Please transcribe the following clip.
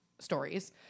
stories